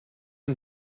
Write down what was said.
and